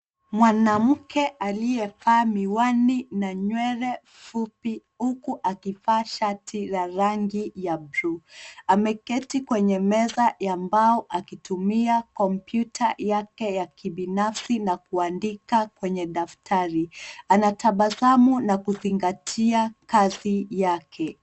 Mwanamke aliyevaa miwani na nywele fupi huku akivaa shati la rangi ya bluu. Ameketi kwenye meza ya mbao akitumia kompyuta yake ya kibinafsi na kuandika kwenye daftari. Anatabasamu na kuzingatia kazi yake.